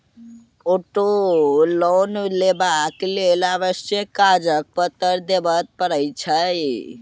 auto loan लेबाक लेल आवश्यक कागज पत्तर देबअ पड़ैत छै